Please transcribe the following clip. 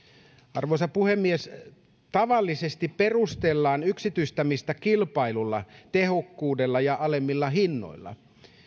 arvoisa puhemies tavallisesti perustellaan yksityistämistä kilpailulla tehokkuudella ja alemmilla hinnoilla